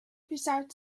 besides